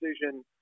decision